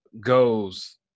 goes